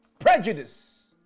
Prejudice